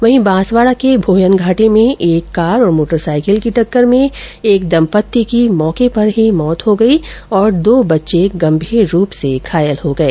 वहीं बांसवाडा के भोयनघाटी में एक कार और मोटरसाईकिल की टक्कर में एक दम्पत्ति की मौके पर ही मौत हो गई और दो बच्चे गंभीर रूप से घायल हो गये